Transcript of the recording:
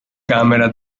camera